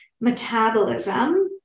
metabolism